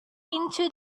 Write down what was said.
into